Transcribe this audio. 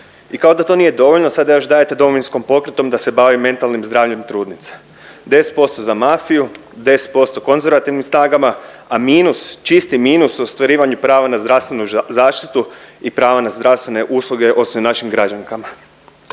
i kao da to nije dovoljno sada još dajete DP-om da se bavi mentalnim zdravljem trudnica, 10% za mafiju, 10% konzervativnim snagama, a minus, čisti minus u ostvarivanju prava na zdravstvenu zaštitu i pravo na zdravstvene usluge ostaje našim građankama.